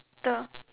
the